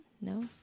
No